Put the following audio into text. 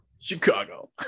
Chicago